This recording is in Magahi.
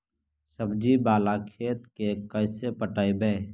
सब्जी बाला खेत के कैसे पटइबै?